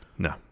No